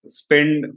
spend